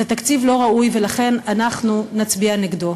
זה תקציב לא ראוי, ולכן אנחנו נצביע נגדו.